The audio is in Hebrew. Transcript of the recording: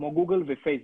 כמו גוגל ופייסבוק.